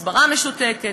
הסברה משותקת,